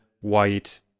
white